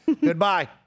Goodbye